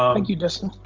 um thank you dustin.